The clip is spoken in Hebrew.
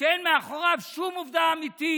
שאין מאחוריו שום עובדה אמיתית.